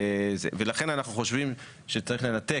ולכן, אנחנו חושבים שצריך לתקן,